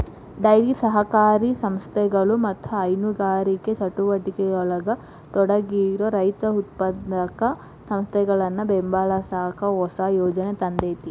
dairy ಸಹಕಾರಿ ಸಂಸ್ಥೆಗಳು ಮತ್ತ ಹೈನುಗಾರಿಕೆ ಚಟುವಟಿಕೆಯೊಳಗ ತೊಡಗಿರೋ ರೈತ ಉತ್ಪಾದಕ ಸಂಸ್ಥೆಗಳನ್ನ ಬೆಂಬಲಸಾಕ ಹೊಸ ಯೋಜನೆ ತಂದೇತಿ